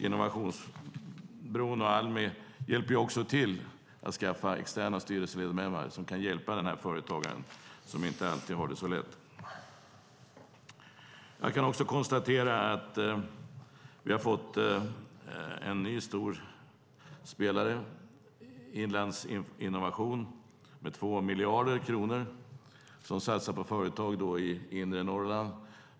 Innovationsbron och Almi Företagspartner hjälper också till att skaffa externa styrelseledamöter som kan hjälpa denna företagare som inte alltid har det så lätt. Jag kan också konstatera att vi har fått en ny och stor spelare, Inlandsinnovation, med 2 miljarder kronor, som satsar på företag i inre Norrland.